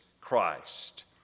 Christ